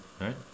right